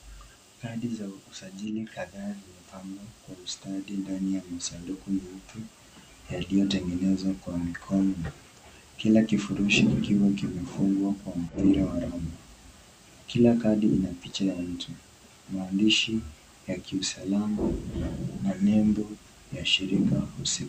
Kadi za usajili kadhaa zimepangwa kwa ustadi ndani ya masanduku meupe yaliyotengenezwa kwa mikono, kila kifurushi kikiwa kimefungwa kwa mpira wa raba ,kila kadi ina picha ya mtu, maandishi ya kiusalama na nembo ya shirika husika.